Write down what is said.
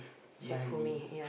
Bali